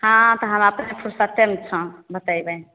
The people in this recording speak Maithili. हँ तऽ हम अपने फुर्सतमे छौ बतेबै